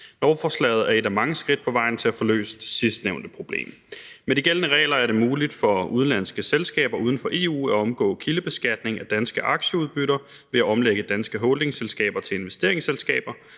Lovforslaget er et af mange skridt på vejen til at få løst det sidstnævnte problem. Med de gældende regler er det muligt for udenlandske selskaber uden for EU at omgå kildebeskatning af danske aktieudbytter ved at omlægge danske holdingselskaber til investeringsselskaber.